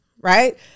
right